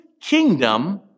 kingdom